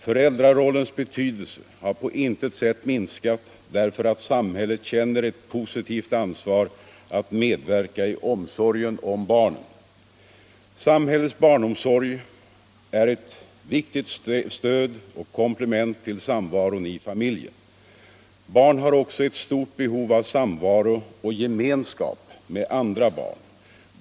Föräldrarollens betydelse har på intet sätt minskat därför att samhället känner ett positivt ansvar att medverka i omsorgen om barnen. Samhällets barnomsorg är ett viktigt stöd och komplement till samvaron i familjen. Barn har också eu stort behov av samvaro och gemenskap med andra barn.